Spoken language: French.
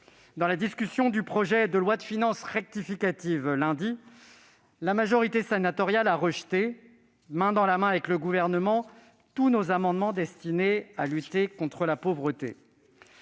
de la discussion du projet de loi de finances rectificative, lundi dernier, la majorité sénatoriale a rejeté, main dans la main avec le Gouvernement, tous nos amendements destinés à lutter contre la pauvreté.